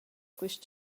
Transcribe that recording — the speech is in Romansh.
quist